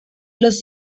los